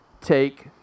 take